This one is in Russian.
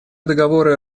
договоры